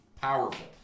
powerful